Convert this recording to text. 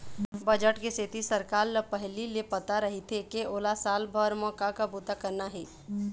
budget के सेती सरकार ल पहिली ले पता रहिथे के ओला साल भर म का का बूता करना हे